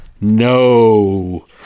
No